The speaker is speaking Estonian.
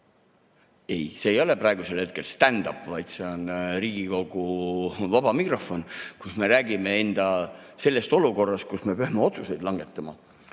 Ei, see ei ole siin praegustand-up, vaid see on Riigikogu vaba mikrofon, kus me räägime enda olukorrast, kus me peame otsuseid langetama.